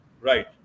right